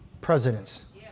presidents